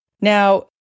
Now